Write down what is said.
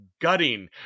gutting